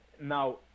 now